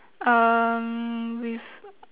um with